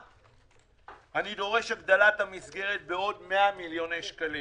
אני דורש הגדלת המסגרת בעוד 100 מיליון שקלים